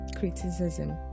criticism